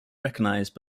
recognized